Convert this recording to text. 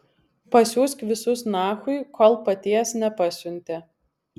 pasiųsk visus nachui kol paties nepasiuntė